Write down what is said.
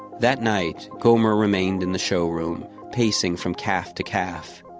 that night, gomer remained in the showroom, pacing from calf to calf,